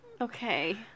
Okay